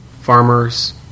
farmers